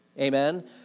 Amen